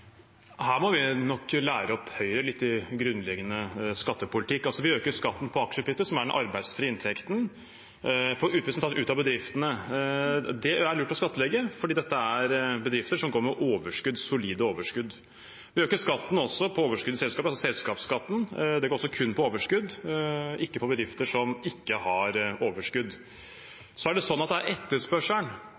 Her må vi nok lære opp Høyre litt i grunnleggende skattepolitikk. Vi øker skatten på aksjeutbytte, som er den arbeidsfrie inntekten – utbytte som tas ut av bedriftene. Det er lurt å skattlegge fordi dette er bedrifter som går med overskudd, solide overskudd. Vi øker også skatten på overskudd i selskap, altså selskapsskatten. Det går også kun på overskudd, ikke på bedrifter som ikke har overskudd. Det er etterspørselen der ute som er